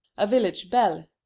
a village belle,